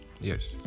yes